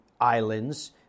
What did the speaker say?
islands